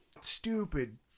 stupid